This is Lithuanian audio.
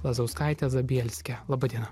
lazauskaite zabielske laba diena